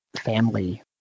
family